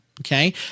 Okay